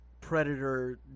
predator